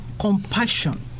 compassion